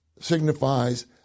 signifies